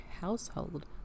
household